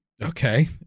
Okay